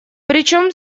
причем